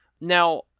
Now